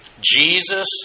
Jesus